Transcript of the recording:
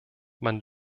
man